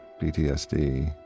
PTSD